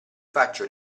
faccio